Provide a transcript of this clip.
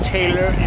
Taylor &